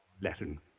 Latin